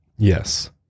Yes